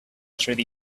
through